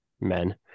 men